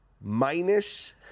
minus